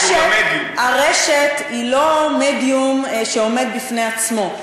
הרשת היא לא מדיום שעומד בפני עצמו,